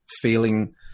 feeling